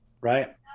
right